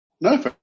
No